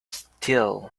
still